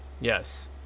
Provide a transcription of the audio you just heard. Yes